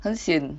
很 sian